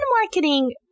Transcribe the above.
marketing